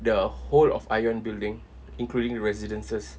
the whole of ion building including residences